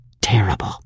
terrible